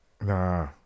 nah